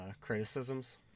criticisms